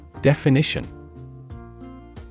Definition